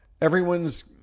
Everyone's